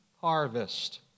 harvest